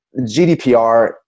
GDPR